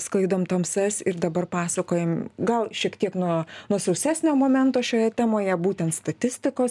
sklaidom tamsas ir dabar pasakojam gal šiek tiek nuo nuo sausesnio momento šioje temoje būtent statistikos